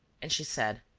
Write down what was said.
and she said